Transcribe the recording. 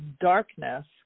darkness